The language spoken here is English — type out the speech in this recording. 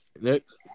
Next